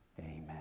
Amen